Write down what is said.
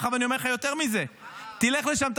אני אומר לך יותר מזה: תלך לשם,